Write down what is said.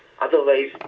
Otherwise